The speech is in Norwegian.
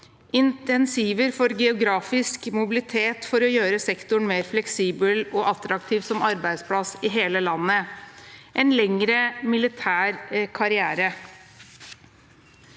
insentiver for geografisk mobilitet for å gjøre sektoren mer fleksibel og attraktiv som arbeidsplass i hele landet og en lengre militær karriere.